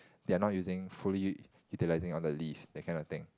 they are not using fully utilising on the leave that kind of thing